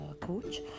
Coach